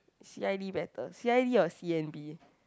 c_i_d better c_i_d or c_n_b